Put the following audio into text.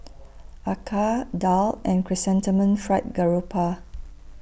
Acar Daal and Chrysanthemum Fried Garoupa